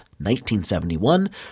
1971